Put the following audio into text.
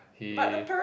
he